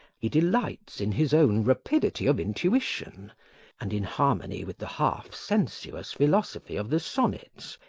he delights in his own rapidity of intuition and, in harmony with the half-sensuous philosophy of the sonnets,